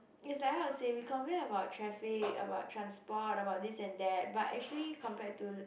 is like how to say we complain about traffic about transport about this and that but actually compared to